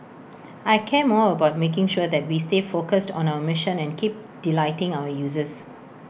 I care more about making sure that we stay focused on our mission and keep delighting our users